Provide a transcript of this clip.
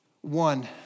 One